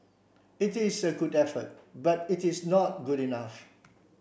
it is a good effort but it is not good enough